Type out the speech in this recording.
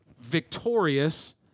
victorious